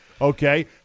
Okay